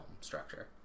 structure